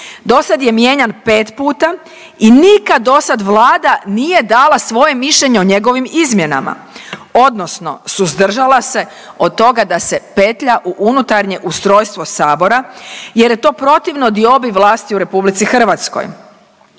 dosad je mijenjan 5 puta i nikad dosad Vlada nije dala svoje mišljenje o njegovim izmjenama odnosno suzdržala se od toga da se petlja u unutarnje ustrojstvo sabora jer je to protivno diobi vlasti u RH. Naime, očito